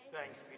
Thanks